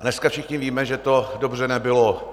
Dneska všichni víme, že to dobře nebylo.